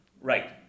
right